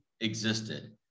existed